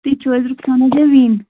تُہۍ چھُو حظ رُخسانہ جٔبیٖن